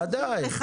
בוודאי.